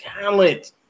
talent